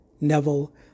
Neville